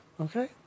Okay